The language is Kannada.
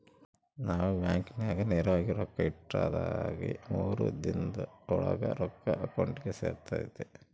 ನಾವು ಬ್ಯಾಂಕಿನಾಗ ನೇರವಾಗಿ ರೊಕ್ಕ ಇಟ್ರ ಅದಾಗಿ ಮೂರು ದಿನುದ್ ಓಳಾಗ ರೊಕ್ಕ ಅಕೌಂಟಿಗೆ ಸೇರ್ತತೆ